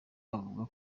avuga